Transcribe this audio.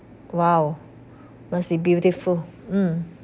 !wow! must be beautiful mm